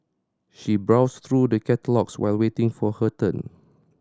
she browsed through the catalogues while waiting for her turn